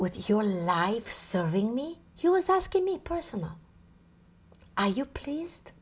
with your life serving me he was asking me personally i you pleased